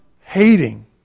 hating